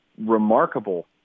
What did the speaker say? remarkable